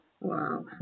Wow